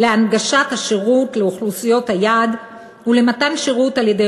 להנגשת השירות לאוכלוסיות היעד ולמתן שירות על-ידי